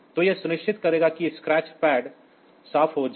तो यह सुनिश्चित करेगा कि स्क्रैच पैड साफ हो जाए